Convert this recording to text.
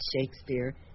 Shakespeare